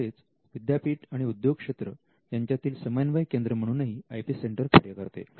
तसेच विद्यापीठ आणि उद्योगक्षेत्र यांच्यातील समन्वय केंद्र म्हणूनही आय पी सेंटर कार्य करते